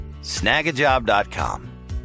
snagajob.com